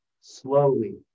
slowly